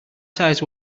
tires